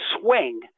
swing